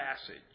passage